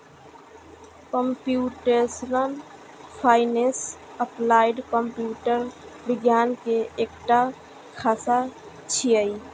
computational finance applied computer विज्ञान के एकटा शाखा छियै